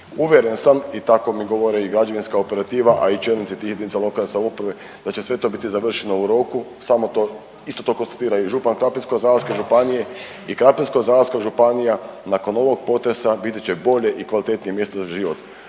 Uvjeren sam i tako mi govore i građevinska operativa, a i čelnici tih jedinica lokalne samouprave da će sve to biti završeno u roku, samo to, isto to konstatira i župan Krapinsko-zagorske županije i Krapinsko-zagorska županija nakon ovog potresa biti će bolje i kvalitetnije mjesto za život.